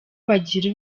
bagira